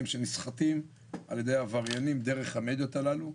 שנסחטים על ידי עבריינים דרך המדיות הללו.